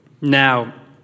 Now